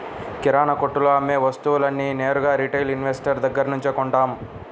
కిరణాకొట్టులో అమ్మే వస్తువులన్నీ నేరుగా రిటైల్ ఇన్వెస్టర్ దగ్గర్నుంచే తీసుకుంటాం